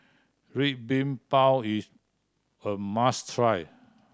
Red Bean Bao is a must try